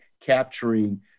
capturing